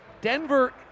denver